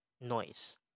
noise